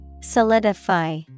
Solidify